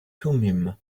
thummim